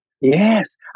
Yes